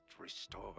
restore